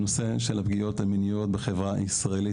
הנושא של הפגיעות המיניות בחברה הישראלית,